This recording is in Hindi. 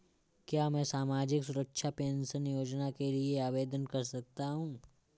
क्या मैं सामाजिक सुरक्षा पेंशन योजना के लिए आवेदन कर सकता हूँ?